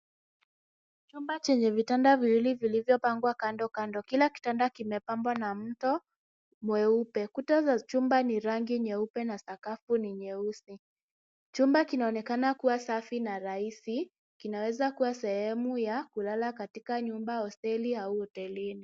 Chumba chenye vitanda viwili vilivyopangwa kando kila kitanda kimepambwa na mto mweupe. Kuta za chumba ni rangi nyeupe na sakafu ni nyeusi, chumba kinaonekana kua safi na rahisi kinaweza kua sehemu ya kulala katika nyumba hosteli au hotelini.